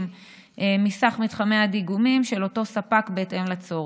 מסך מתחמי הדיגומים של אותו ספק בהתאם לצורך.